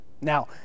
Now